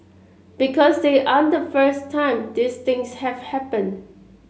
because they aren't the first time these things have happened